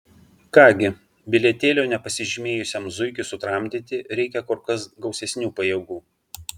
ką gi bilietėlio nepasižymėjusiam zuikiui sutramdyti reikia kur kas gausesnių pajėgų